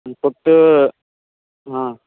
फक्त हां